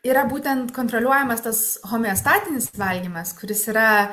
yra būtent kontroliuojamas tas homeostatinis valgymas kuris yra